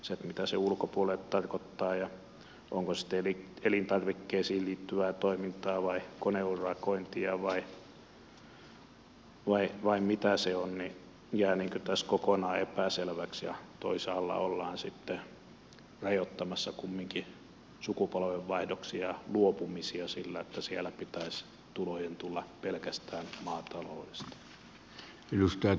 se mitä se ulkopuolelle tarkoittaa ja onko se sitten elintarvikkeisiin liittyvää toimintaa vai koneurakointia vai mitä se on jää tässä kokonaan epäselväksi ja toisaalla ollaan sitten rajoittamassa kumminkin sukupolvenvaihdoksia ja luopumisia sillä että siellä pitäisi tulojen tulla pelkästään maataloudesta